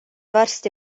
varsti